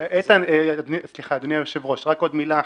--- רק עוד מילה אחת.